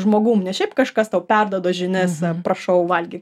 žmogum ne šiaip kažkas tau perduoda žinias prašau valgyk